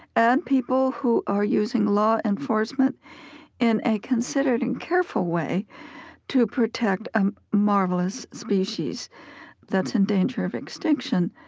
and people who are using law enforcement in a considered and careful way to protect a marvelous species that's in danger of extinction.